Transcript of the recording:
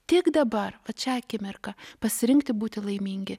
tik dabar vat šią akimirką pasirinkti būti laimingi